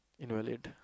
invalid